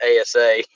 ASA